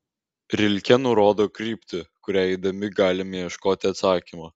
rilke nurodo kryptį kuria eidami galime ieškoti atsakymo